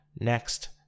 Next